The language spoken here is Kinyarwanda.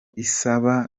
isaba